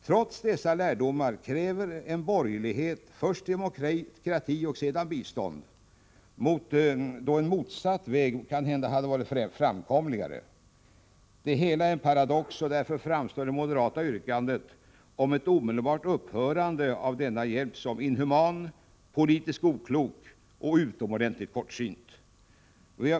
Trots dessa lärdomar kräver borgerligheten först demokrati och sedan bistånd, då en motsatt väg kanhända hade varit framkomligare. Det hela är en paradox, och därför framstår det moderata yrkandet om ett omedelbart upphörande av denna hjälp som inhumant, politiskt oklokt och utomordentligt kortsynt.